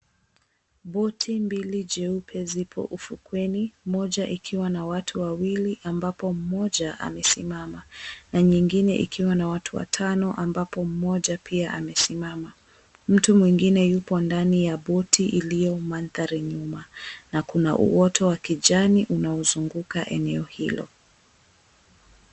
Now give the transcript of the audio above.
Boti mbili jeupe ziko ufukweni. Moja ikiwa na watu wawili ambapo mmoja, amesimama na nyingine ikiwa na watu watano ambapo moja pia amesimama. Mtu mwingine yupo ndani ya boti iliyo mandari nyuma na kuna uota wa kijani unaozunguka eneo hilo.